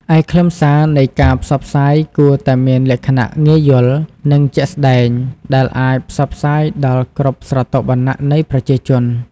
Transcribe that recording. ឯខ្លឹមសារនៃការផ្សព្វផ្សាយគួរតែមានលក្ខណៈងាយយល់ និងជាក់ស្តែង ដែលអាចផ្សព្វផ្សាយដល់គ្រប់ស្រទាប់វណ្ណៈនៃប្រជាជន។